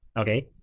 okay,